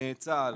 צה"ל,